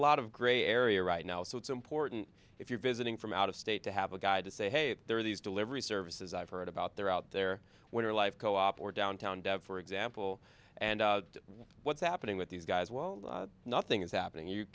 lot of gray area right now so it's important if you're visiting from out of state to have a guide to say hey there are these delivery services i've heard about there out there when your life co op or downtown dead for example and what's happening with these guys well nothing is happening you